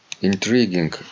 intriguing